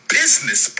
business